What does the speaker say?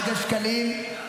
שקלים,